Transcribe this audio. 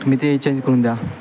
तुम्ही ते चेंज करून द्या